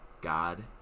God